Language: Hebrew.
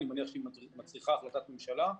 אני מניח שהיא מצריכה החלטת ממשלה,